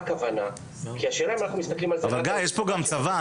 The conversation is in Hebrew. השאלה היא אם אנחנו --- גיא, יש פה גם צבא.